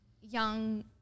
young